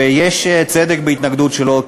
ויש צדק בהתנגדות שלו,